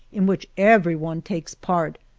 in which everyone takes part,